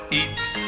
eats